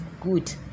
good